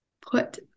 put